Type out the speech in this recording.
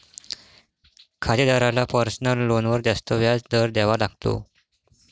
खातेदाराला पर्सनल लोनवर जास्त व्याज दर द्यावा लागतो